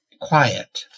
quiet